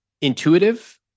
intuitive